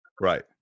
Right